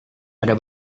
ada